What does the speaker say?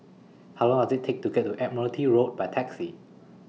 How Long Does IT Take to get to Admiralty Road By Taxi